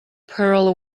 pearl